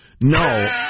No